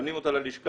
מזמנים אותה ללשכה,